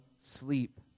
sleep